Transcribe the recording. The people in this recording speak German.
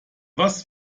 was